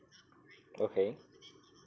okay